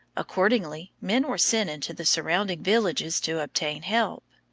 accordingly, men were sent into the surrounding villages to obtain help.